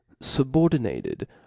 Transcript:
subordinated